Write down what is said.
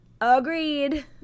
Agreed